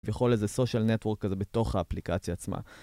וכל איזה social network כזה בתוך האפליקציה עצמה